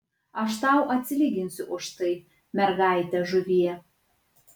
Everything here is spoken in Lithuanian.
aš tau atsilyginsiu už tai mergaite žuvie